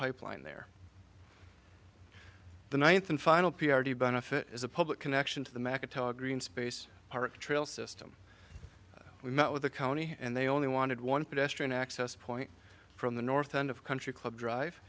pipeline there the ninth and final p r t benefit as a public connection to the macintosh green space park trail system we met with the county and they only wanted one pedestrian access point from the north end of country club drive